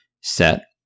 set